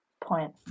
Point